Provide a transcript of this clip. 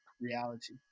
reality